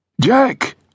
Jack